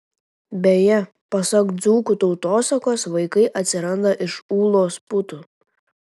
beje pasak dzūkų tautosakos vaikai atsiranda iš ūlos putų